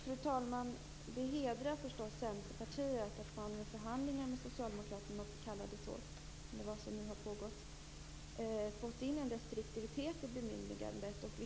Fru talman! Det hedrar förstås Centerpartiet att i förhandlingar med Socialdemokraterna - om man nu kan kalla det så - ha fått in en restriktivitet i bemyndigandet.